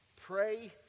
pray